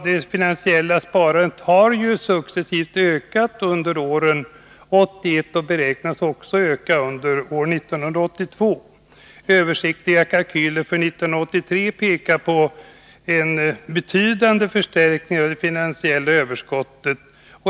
Det finansiella sparandet har ju successivt ökat under år 1981 och beräknas öka också under 1982. Översiktliga kalkyler för 1983 pekar på en betydande förstärkning av det finansiella överskottet.